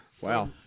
Wow